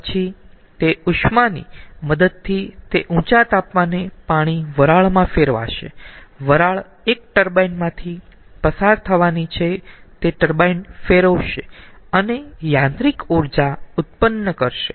પછી તે ઉષ્માની મદદથી તે ઊંચા તાપમાને પાણી વરાળમાં ફેરવાશે વરાળ એક ટર્બાઇન માંથી પસાર થવાની છે તે ટર્બાઇન ફેરવશે અને યાંત્રિક ઊર્જા ઉત્પન્ન કરશે